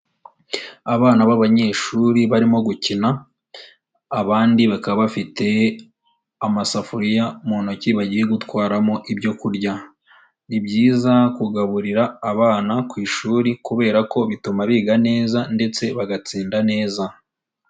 Abana b'abanyeshuri barimo gukina, abandi bakaba bafite amasafuriya mu ntoki, bagiye gutwaramo ibyo kurya, ni byiza kugaburira abana ku ishuri kubera ko bituma biga neza ndetse bagatsinda neza.